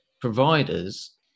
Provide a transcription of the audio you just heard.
providers